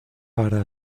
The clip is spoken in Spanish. para